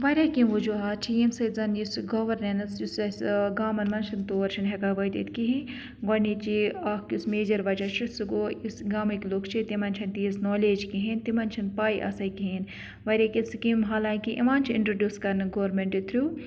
واریاہ کینٛہہ وجوہات چھِ یمہ سۭتۍ زن یُس یہ گَورنَٮ۪نٕس یُس اَسہِ گامن منٛزچھُ توٚر چھُنہ ہیکان وٲتِتھ کہینۍ گۄڈٕنچ یہِ اکھ یُس میجر وجہ چھُ سُہ گوٚو یُس گامٕکۍ لُکھۍ چھِ تِمن چھَنہ تیٖژ نالیج کِہینۍ تِمن چھَنہ پاے آسان کِہینۍ واریاہ کینٛہہ سکیٖمہ حالانٛکہ یوان چھُ اِنٹرڑوس کَرنہٕ گورنمینٹ تھروٗ